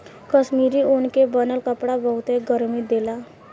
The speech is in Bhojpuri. कश्मीरी ऊन के बनल कपड़ा बहुते गरमि देला